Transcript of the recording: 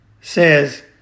Says